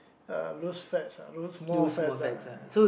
uh lose fats ah lost more fats ah ya